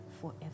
forever